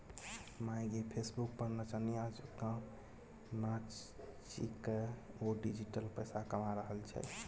माय गे फेसबुक पर नचनिया जेंका नाचिकए ओ डिजिटल पैसा कमा रहल छै